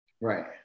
Right